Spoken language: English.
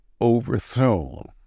overthrown